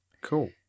Cool